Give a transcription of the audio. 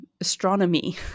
astronomy